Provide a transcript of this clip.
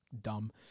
dumb